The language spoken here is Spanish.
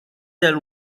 del